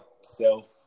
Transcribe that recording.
self